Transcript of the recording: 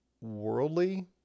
worldly